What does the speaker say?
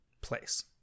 place